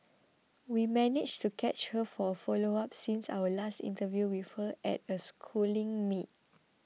we managed to catch her for a follow up since our last interview with her at a Schooling meet